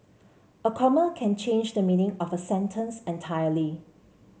a comma can change the meaning of a sentence entirely